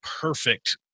perfect